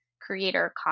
creator